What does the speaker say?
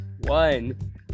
one